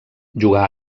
jugà